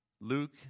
Luke